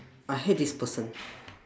I hate this person